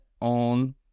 on